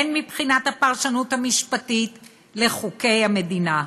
הן מבחינת הפרשנות המשפטית לחוקי המדינה.